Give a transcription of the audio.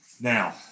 Now